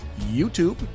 YouTube